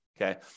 okay